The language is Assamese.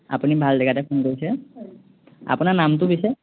আপুনি ভাল জেগাতে ফোন কৰিছে আপোনাৰ নামটো পিছে